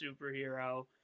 superhero